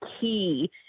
key